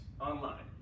online